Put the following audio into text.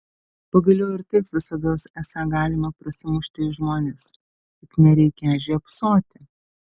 pagaliau ir taip visados esą galima prasimušti į žmones tik nereikią žiopsoti